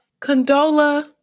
Condola